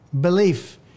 belief